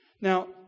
Now